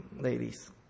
ladies